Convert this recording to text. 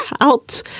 out